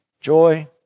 joy